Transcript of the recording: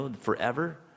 forever